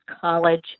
College